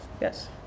Yes